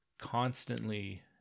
Constantly